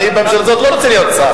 בממשלה הזאת אני לא רוצה להיות שר.